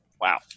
Wow